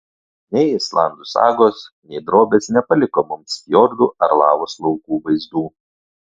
nei islandų sagos nei drobės nepaliko mums fjordų ar lavos laukų vaizdų